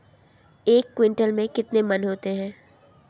एक क्विंटल में कितने मन होते हैं?